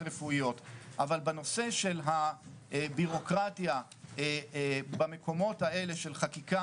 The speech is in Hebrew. רפואיות אבל בנושא של הבירוקרטיה במקומות האלה של חקיקה,